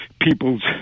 people's